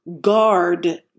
Guard